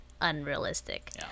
unrealistic